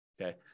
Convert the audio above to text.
Okay